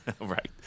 Right